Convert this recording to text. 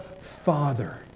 Father